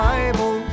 Bible